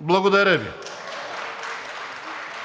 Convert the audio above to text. Благодаря Ви.